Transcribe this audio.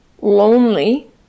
lonely